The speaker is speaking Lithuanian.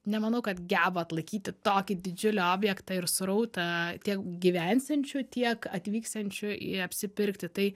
nemanau kad geba atlaikyti tokį didžiulį objektą ir srautą tiek gyvensiančių tiek atvyksiančių į apsipirkti tai